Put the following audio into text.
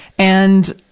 and,